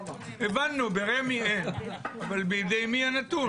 הבנו, ברמ"י אין, אבל בידי מי הנתון?